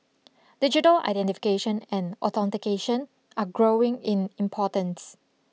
digital identification and authentication are growing in importance